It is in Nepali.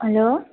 हेलो